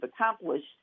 accomplished